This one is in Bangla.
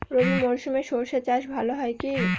রবি মরশুমে সর্ষে চাস ভালো হয় কি?